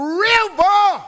river